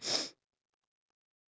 ya